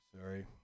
sorry